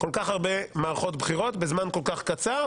כל כך הרבה מערכות בחירות בזמן כל כך קצר,